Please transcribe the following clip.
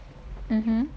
mmhmm